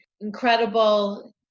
incredible